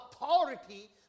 authority